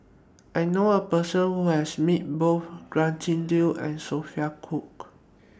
I knew A Person Who has Met Both Gretchen Liu and Sophia Cooke